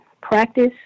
practice